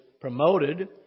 promoted